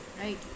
Right